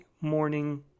morning